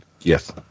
Yes